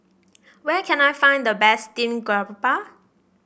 where can I find the best Steamed Garoupa